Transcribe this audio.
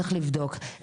צריך לבדוק,